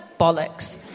bollocks